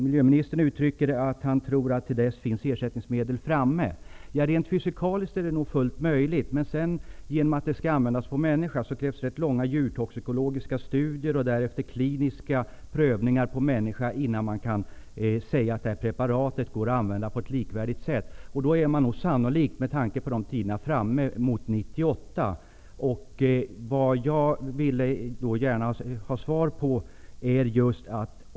Miljöministern tror att det till dess finns ersättningsmedel framtagna. Rent fysikaliskt är det nog fullt möjligt. Men genom att preparatet skall användas på människa krävs rätt långa djurtoxikologiska studier och därefter kliniska prövningar på människa innan man kan säga att det går att använda på ett jämfört med dagens preparat likvärdigt sätt. Med tanke på den tidsåtgången är man sannolikt framme vid år 1998.